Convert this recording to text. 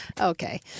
Okay